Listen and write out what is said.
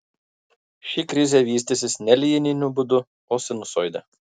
ši krizė vystysis ne linijiniu būdu o sinusoide